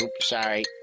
sorry